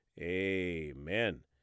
Amen